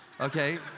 Okay